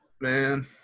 Man